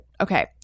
Okay